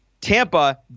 Tampa